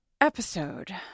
episode